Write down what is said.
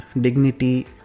dignity